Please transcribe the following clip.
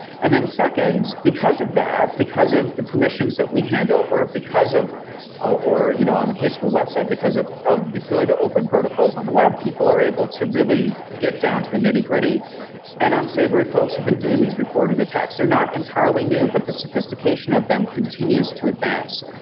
and then second, because of that, because of the permissions that we handover, or or you know on the case of a website, because of of the good open protocols on the web, people are able to really get down to the nitty-gritty and unsavory folks who've been doing these recorded attacks. they're not entirely new, but the sophistication of them continues to advance,